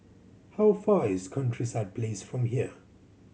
how far is Countryside Place from here